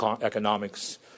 economics